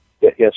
Yes